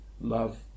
love